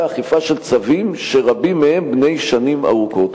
אכיפה של צווים שרבים מהם בני שנים ארוכות?